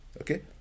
Okay